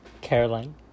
Caroline